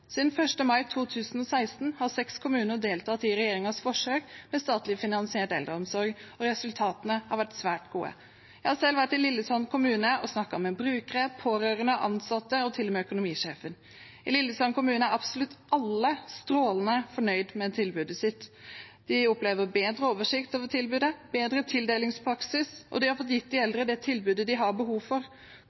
Siden 1. mai 2016 har seks kommuner deltatt i regjeringens forsøk med statlig finansiert eldreomsorg, og resultatene har vært svært gode. Jeg har selv vært i Lillesand kommune og snakket med brukere, pårørende, ansatte og til og med økonomisjefen. I Lillesand kommune er absolutt alle strålende fornøyd med tilbudet sitt. De opplever å ha bedre oversikt over tilbudene og bedre tildelingspraksis, og de har fått gitt de eldre det tilbudet de har behov for.